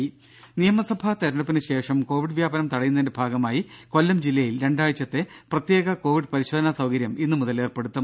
രുര നിയമസഭാ തിരഞ്ഞെടുപ്പിന് ശേഷം കോവിഡ് വ്യാപനം തടയുന്നതിന്റെ ഭാഗമായി കൊല്ലം ജില്ലയിൽ രണ്ടാഴ്ചത്തെ പ്രത്യേക കോവിഡ് പരിശോധന സൌകര്യം ഇന്നു മുതൽ ഏർപ്പെടുത്തും